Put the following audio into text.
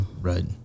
Right